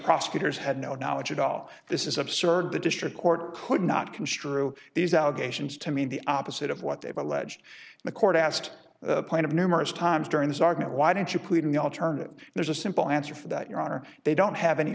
prosecutors i had no knowledge at all this is absurd the district court could not construe these allegations to mean the opposite of what they've alleged the court asked point of numerous times during this argument why didn't you plead in the alternative there's a simple answer for that your honor they don't have any